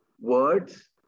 words